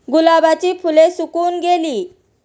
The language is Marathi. गुलाबाची फुले सुकून गेली